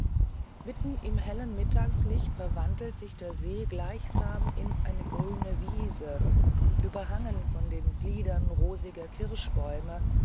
mitten im hellen mittaglicht verwandelt sich der see gleichsam in eine grünliche wiese überhangen von den gliedern rosiger kirschbäume